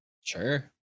Sure